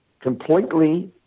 completely